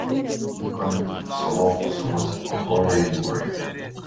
vykome į solovkų salas baltojoje jūroje